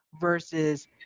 versus